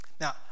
Now